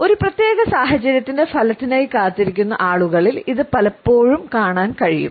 ഒരു പ്രത്യേക സാഹചര്യത്തിന്റെ ഫലത്തിനായി കാത്തിരിക്കുന്ന ആളുകളിൽ ഇത് പലപ്പോഴും കാണാൻ കഴിയും